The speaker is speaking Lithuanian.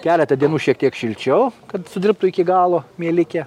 keletą dienų šiek tiek šilčiau kad sudirbtų iki galo mielikė